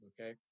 Okay